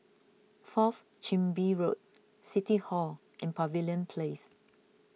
Fourth Chin Bee Road City Hall and Pavilion Place